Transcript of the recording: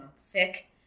thick